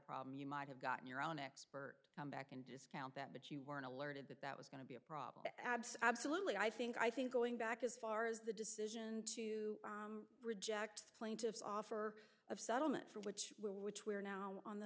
problem you might have gotten your own expert back and discount that but you weren't alerted that that was going to be a problem absolutely i think i think going back as far as the decision to reject the plaintiff's offer of settlement for which which we are now on the